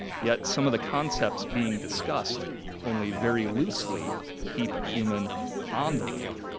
yet, some of the concepts being discussed only very loosely keep a human on the loop.